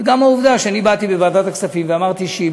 וגם העובדה שאני באתי בוועדת הכספים ואמרתי שאם